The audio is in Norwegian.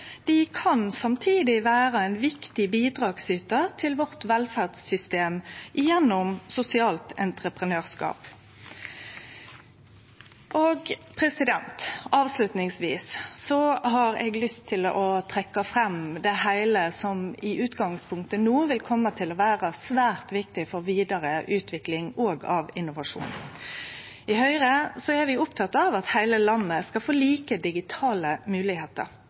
kan vere ein viktig bidragsytar til velferdssystemet vårt gjennom sosialt entreprenørskap. Avslutningsvis har eg lyst til å trekkje fram det heile som i utgangspunktet no vil kome til å vere svært viktig for vidare utvikling òg av innovasjon. I Høgre er vi opptekne av at heile landet skal få like digitale